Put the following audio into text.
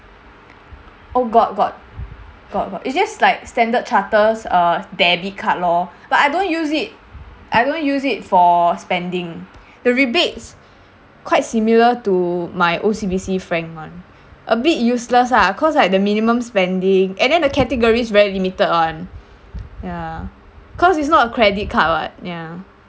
oh got got got got it's just like standard chartered's uh debit card lor but I don't use it I don't use it for spending the rebates quite similar to my O_C_B_C frank [one] a bit useless lah cause like the minimum spending and then the categories very limited [one] ya cause it's not a credit card [what] ya